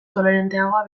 toleranteago